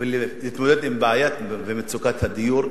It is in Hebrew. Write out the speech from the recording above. ולהתמודד עם הבעיה ועם מצוקת הדיור,